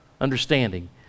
understanding